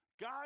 God